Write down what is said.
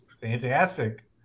Fantastic